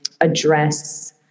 address